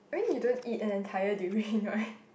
I mean you don't eat and an entire durian right